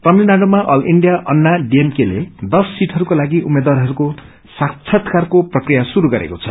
तामिलनाडुमा all India Anna DMK ले अश सीटहरूको लागि उम्मेद्वारहरूको साक्षात्कारको प्रक्रिया श्रुरू गरेको छ